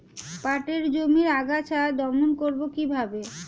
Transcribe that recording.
পাটের জমির আগাছা দমন করবো কিভাবে?